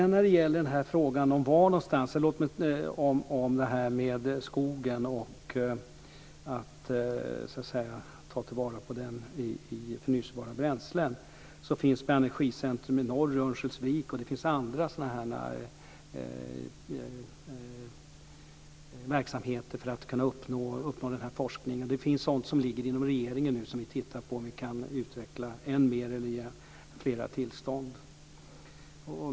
När det sedan gäller frågan om skogen och att ta vara på den i förnyelsebara bränslen finns det energicentrum i norr, i Örnsköldsvik, och det finns andra verksamheter för att man ska kunna uppnå den här forskningen. Det finns sådant som ligger hos regeringen som vi nu tittar på om vi kan utveckla än mer eller ge flera tillstånd.